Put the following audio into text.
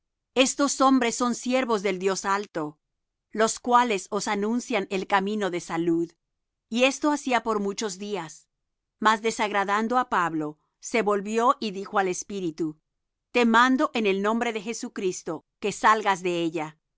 estos hombres son siervos del dios alto los cuales os anuncian el camino de salud y esto hacía por muchos días mas desagradando á pablo se volvió y dijo al espíritu te mando en el nombre de jesucristo que salgas de ella